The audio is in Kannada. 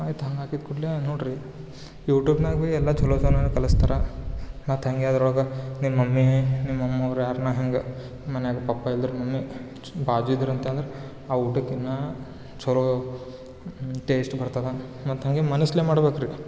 ಆಯ್ತು ಹಂಗೆ ಹಾಕಿದ ಕೂಡ್ಲೇ ನೋಡ್ರಿ ಯೂಟ್ಯೂಬ್ನಾಗ್ ಬಿ ಎಲ್ಲ ಚಲೋ ತನಕ ಕಲಿಸ್ತಾರ ಮತ್ತು ಹೆಂಗೆ ಅದ್ರೊಳಗೆ ನಿಮ್ಮ ಮಮ್ಮಿ ನಿಮ್ಮ ಅಮ್ಮೋರು ಯಾರನ್ನ ಹೆಂಗೆ ಮನೆಯಾಗೆ ಪಪ್ಪಾ ಇಲ್ದಿರ್ದ ಮಮ್ಮಿ ಬಾಜು ಇದ್ರು ಅಂತದ್ರ ಆ ಊಟಕ್ಕಿನಾ ಚಲೋ ಟೇಸ್ಟ್ ಬರ್ತದೆ ಮತ್ತು ಹಂಗೆ ಮನಸಲ್ಲೆ ಮಾಡ್ಬೇಕು ರೀ